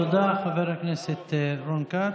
תודה, חבר הכנסת רון כץ.